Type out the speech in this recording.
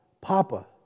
Papa